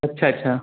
अच्छा अच्छा